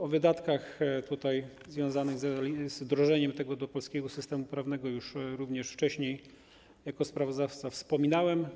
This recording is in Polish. O wydatkach związanych z wdrożeniem tego do polskiego systemu prawnego również już wcześniej jako sprawozdawca wspominałem.